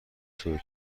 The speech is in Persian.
توئه